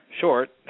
short